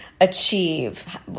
achieve